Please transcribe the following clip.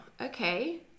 okay